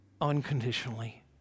unconditionally